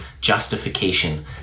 justification